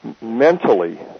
mentally